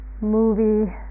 movie